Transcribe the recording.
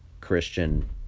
Christian